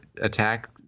attack